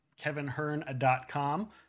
kevinhearn.com